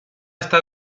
está